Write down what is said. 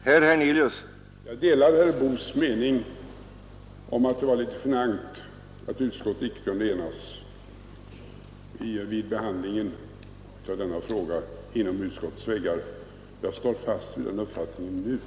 Herr talman! Jag delar herr Boos mening att det var litet genant att vi alla icke kunde enas vid behandlingen av denna fråga inom utskottets väggar. Jag står fast vid den uppfattningen i dag.